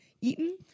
eaten